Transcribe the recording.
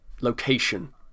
location